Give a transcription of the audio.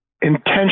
intention